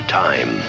time